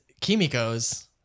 Kimiko's